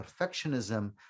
perfectionism